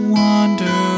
wonder